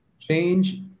change